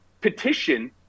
petition